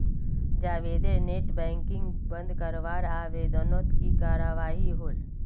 जावेदेर net banking बंद करवार आवेदनोत की कार्यवाही होल?